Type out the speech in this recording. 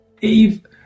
Eve